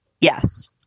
Yes